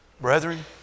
Brethren